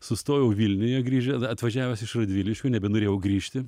sustojau vilniuje grįžę atvažiavęs iš radviliškių nebenorėjau grįžti